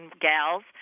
gals